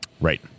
Right